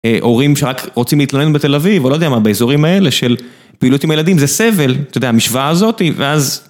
הורים שרק רוצים להתלונן בתל אביב או לא יודע מה באזורים האלה של פעילות עם הילדים זה סבל אתה יודע המשוואה הזאת ואז